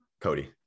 Cody